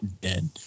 dead